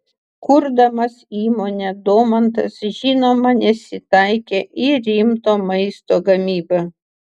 kurdamas įmonę domantas žinoma nesitaikė į rimto maisto gamybą